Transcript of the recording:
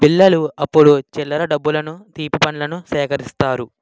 పిల్లలు అప్పుడు చిల్లర డబ్బులను తీపి పండ్లను సేకరిస్తారు